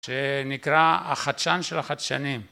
שנקרא החדשן של החדשנים